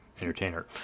entertainer